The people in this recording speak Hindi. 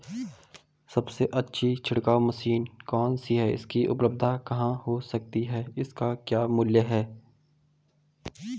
सबसे अच्छी छिड़काव मशीन कौन सी है इसकी उपलधता कहाँ हो सकती है इसके क्या मूल्य हैं?